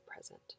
present